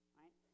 right